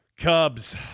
Cubs